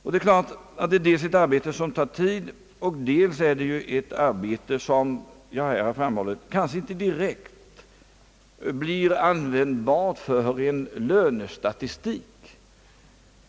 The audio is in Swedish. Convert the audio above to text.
Detta är självfallet dels ett arbete som tar tid, dels något som — vilket jag i dag framhållit — kanske inte blir direkt användbart i en lönestatistik.